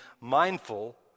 mindful